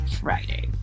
Friday